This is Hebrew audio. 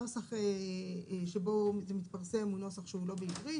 הנוסח שבו הוא מתפרסם הוא נוסח שהוא לא בעברית,